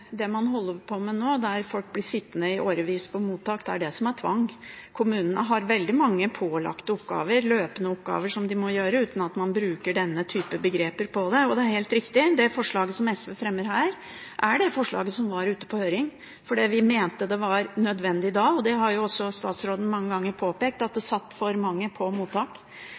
tvang. Kommunene har veldig mange pålagte oppgaver, løpende oppgaver som de må gjøre, uten at man bruker denne typen begreper på det. Det er helt riktig at det forslaget som SV fremmer her, er det forslaget som var ute på høring, fordi vi mente det var nødvendig da. Det har også statsråden mange ganger påpekt, at det satt for mange på mottak.